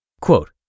Quote